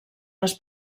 les